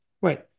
Wait